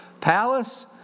palace